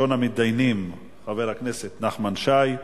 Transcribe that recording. ראשון המתדיינים, חבר הכנסת נחמן שי,